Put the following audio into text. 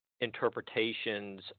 interpretations